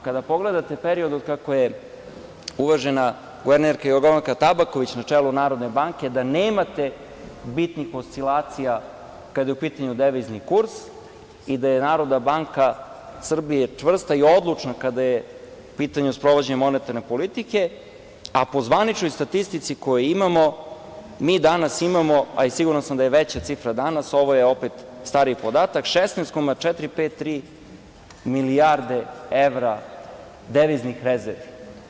Kada pogledate period od kako je uvažena guvernerka Jorgovanka Tabaković na čelu Narodne banke, da nemate bitnih oscilacija kada je u pitanju devizni kurs i da je Narodna banka Srbije čvrsta i odlučna kada je u pitanju sprovođenje monetarne politike, a po zvaničnoj statistici koju imamo mi danas imamo, a i siguran sam da je veća cifra danas, ovo je opet stariji podatak, 16,453 milijarde evra deviznih rezervi.